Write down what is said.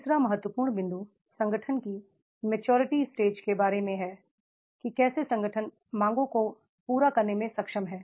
तीसरा महत्वपूर्ण बिंदु संगठन की मैच्योरिटी स्टेज के बारे में है कि कैसे संगठन मांगों को पूरा करने में सक्षम है